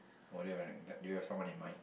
what do you wanna do you have someone in mind